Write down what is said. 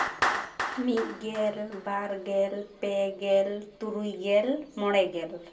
ᱢᱤᱫ ᱜᱮᱞ ᱵᱟᱨ ᱜᱮᱞ ᱯᱮ ᱜᱮᱞ ᱛᱩᱨᱩᱭ ᱜᱮᱞ ᱢᱚᱬᱮ ᱜᱮᱞ